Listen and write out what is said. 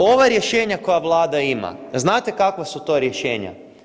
Ova rješenja koja Vlada ima, znate kakva su to rješenja?